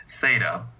theta